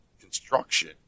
construction